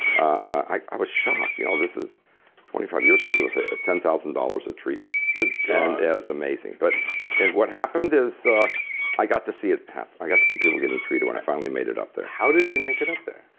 i i was shocked you know this is twenty five years where people say ten thousand dollars a treatment good god that was amazing. but and what happened is ah i got to see it happen. i got to see people getting treated when i finally made it up there how did you make it up there?